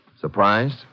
Surprised